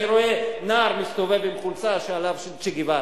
רואה נער מסתובב עם חולצה שעליה צ'ה גווארה.